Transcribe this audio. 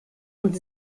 und